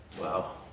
Wow